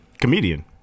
Comedian